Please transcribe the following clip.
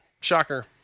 shocker